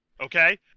okay